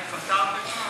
הבא בתור.